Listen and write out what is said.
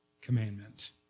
commandment